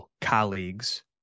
colleagues